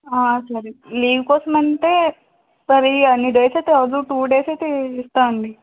సరే లీవ్ కోసం అంటే మరి అన్ని డేస్ అయితే అవ్వదు టూ డేస్ అయితే ఇస్తాం అండి